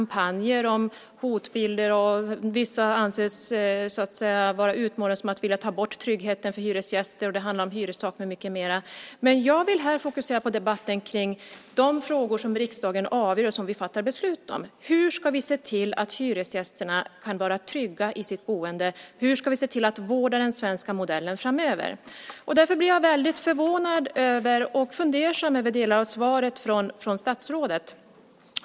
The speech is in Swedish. Man talar om hotbilder, och vissa anses vara utmålade som att de vill ta bort tryggheten för hyresgäster. Det handlar om hyrestak och mycket mer. Jag vill här fokusera på debatten om de frågor som riksdagen avgör och som vi fattar beslut om. Hur ska vi se till att hyresgästerna kan vara trygga i sitt boende? Hur ska vi se till att vårda den svenska modellen framöver? Därför blir jag väldigt förvånad och fundersam över delar av svaret från statsrådet.